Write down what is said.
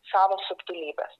savo subtilybės